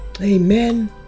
Amen